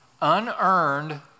unearned